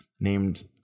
named